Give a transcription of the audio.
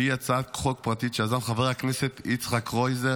שהיא הצעת חוק פרטית שיזם חבר הכנסת יצחק קרויזר,